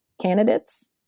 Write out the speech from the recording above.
candidates